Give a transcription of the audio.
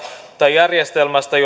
järjestelmästä